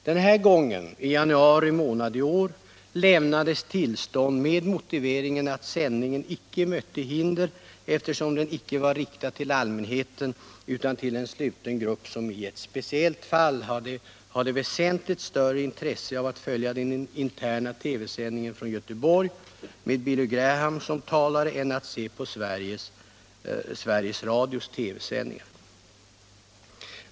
Denna gång, dvs. i januari månad i år, lämnades tillstånd med motivering att sändningen inte mötte hinder, eftersom den inte var riktad till allmänheten utan till en sluten grupp som i ett speciellt fall hade väsentligt större intresse av att följa den interna TV-sändningen från Göteborg med Billy Graham som talare än att se på Sveriges Radios TV-sändningar.